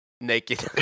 Naked